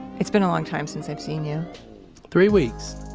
it's been a long time since i've seen you three weeks.